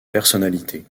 personnalité